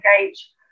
engage